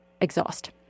exhaust